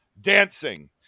dancing